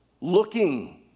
looking